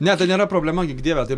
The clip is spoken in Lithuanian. ne tai nėra problema gink dieve tai